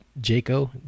Jaco